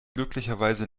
glücklicherweise